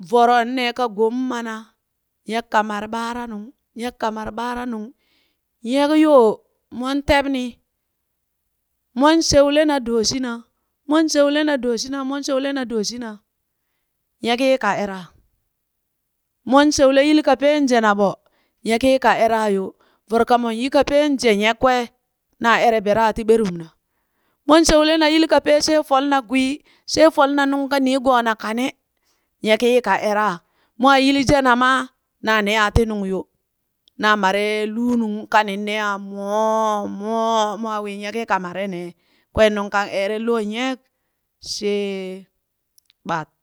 Voro ka gom mana, nyek ka mare ɓaaranung, nyek ka mare ɓaaranung nyek yoo mon tebni, mon sheulena dooshina, mon sheulena dooshina mon sheulena dooshina, nyekii ka era mon sheule yili kapep jena ɓo, nyekii ka era yo voro kamon yi kapep je nyek kwee, naa ere beeraa ti ɓerumna, mon sheulena yili kapee she folna gwii she folna nungka niigoona kane, nyekii ka era mwaa yili jena maa, naa neyaa ti nung yo naa mare lunung kanin nee a moo moo mwaa wii nyekii ka mare nee. Kween nung kan eere loo nyek shee ɓat.